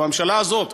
הממשלה הזאת,